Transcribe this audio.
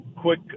quick